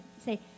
say